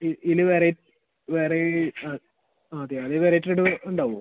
ഈ ഇതിൽ വേറെ വേറെ ആ ആ അതെയോ വെറൈറ്റി ലഡു ഉണ്ടാവുമോ